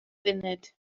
funud